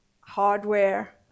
hardware